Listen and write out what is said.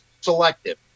selective